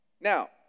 Now